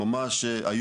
בשביל הדוגמה,